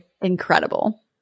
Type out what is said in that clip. Incredible